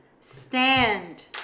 Stand